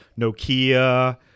Nokia